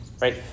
right